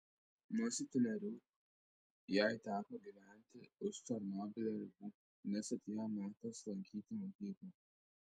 nuo septynerių jai teko gyventi už černobylio ribų nes atėjo metas lankyti mokyklą